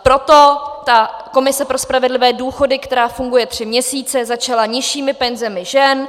Proto ta komise pro spravedlivé důchody, která funguje tři měsíce, začala nižšími penzemi žen.